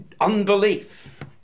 unbelief